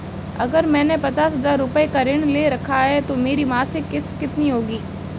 अगर मैंने पचास हज़ार रूपये का ऋण ले रखा है तो मेरी मासिक किश्त कितनी होगी?